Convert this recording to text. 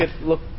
look